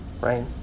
right